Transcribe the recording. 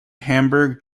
hamburg